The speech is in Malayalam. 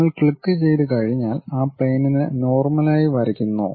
നിങ്ങൾ ക്ലിക്കുചെയ്തു കഴിഞ്ഞാൽ ആ പ്ലെയിനിന് നോർമൽ ആയി വരക്കുന്നോ